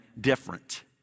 different